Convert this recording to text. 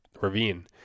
ravine